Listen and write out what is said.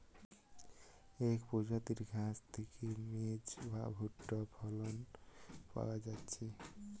এক প্রজাতির ঘাস থিকে মেজ বা ভুট্টা ফসল পায়া যাচ্ছে